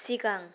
सिगां